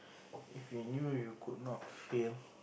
if we knew you could not fail